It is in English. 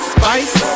Spice